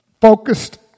focused